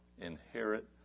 inherit